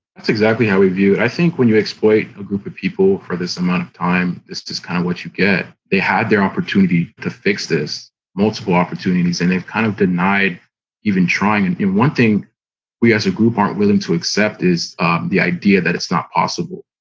that's exactly how we view it. i think when you exploit a group of people for this amount of time, it's just kind of what you get. they had their opportunity to fix this multiple opportunities and they've kind of denied even trying. and one thing we as a group aren't willing to accept is um the idea that it's not possible.